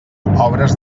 obres